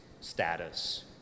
status